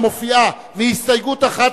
והיא הסתייגות אחת,